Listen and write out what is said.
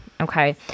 okay